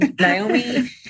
Naomi